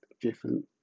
different